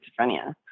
schizophrenia